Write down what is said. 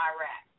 Iraq